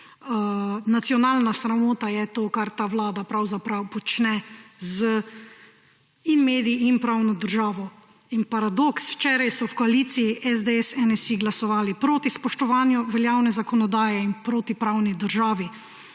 Nacionalna sramota je to, kar ta Vlada pravzaprav počne z mediji in pravno državo in paradoks včeraj so v koaliciji SDS, NSi glasovali proti spoštovanju veljavne zakonodaje in proti pravni državi.